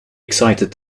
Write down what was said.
excited